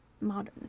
Modern